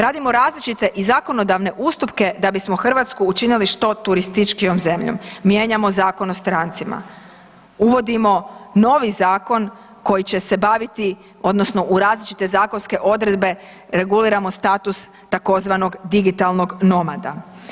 Radimo različite i zakonodavne ustupke da bismo Hrvatsku učinili što turističkijom zemljom, mijenjamo Zakon o strancima, uvodimo novi Zakon koji će se baviti, odnosno u različite zakonske odredbe reguliramo status takozvanog digitalnog nomada.